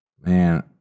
Man